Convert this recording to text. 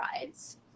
rides